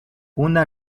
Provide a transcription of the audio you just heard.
una